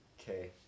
Okay